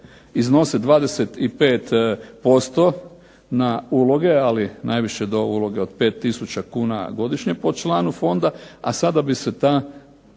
iznose 25% na uloge, ali najviše do uloga od 5 tisuća kuna godišnje po članu fonda, a sada bi se ta,